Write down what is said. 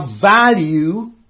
value